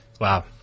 Wow